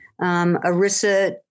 Arissa